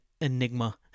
enigma